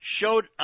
showed